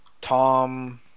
Tom